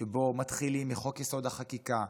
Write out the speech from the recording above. שבו מתחילים מחוק-יסוד: החקיקה,